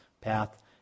path